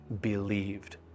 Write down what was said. believed